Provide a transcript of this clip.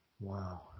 Wow